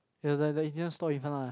it's like the Indian store in front ah